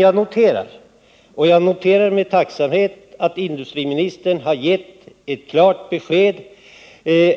Jag noterar emellertid med tacksamhet att industriministern har gett ett klart besked